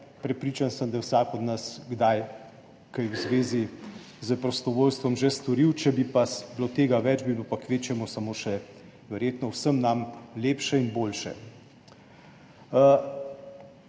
prepričan sem, da je vsak od nas kdaj kaj v zvezi s prostovoljstvom že storil. Če bi pa bilo tega več, bi bilo pa kvečjemu vsem nam samo še lepše in boljše.